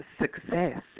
success